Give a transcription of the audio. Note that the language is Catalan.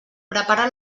prepara